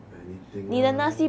anything lah